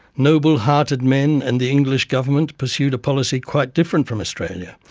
noble hearted men and the english government pursued a policy quite different from australia,